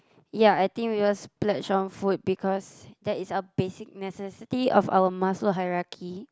ya I think we all splurge on food because that is a basic necessity of our Maslow hierarchy